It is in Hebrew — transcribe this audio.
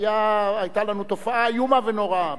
היתה לנו תופעה איומה ונוראה,